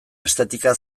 estetika